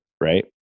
right